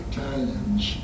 Italians